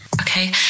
Okay